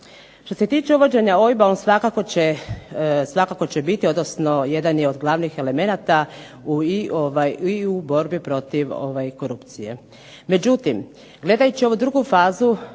Što se tiče uvođenja OIB-a on svakako će biti, odnosno jedan je od glavnih elemenata i u borbi protiv korupcije.